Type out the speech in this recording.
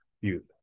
youth